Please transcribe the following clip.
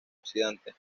oxidante